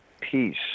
peace